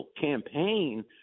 campaign